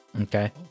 okay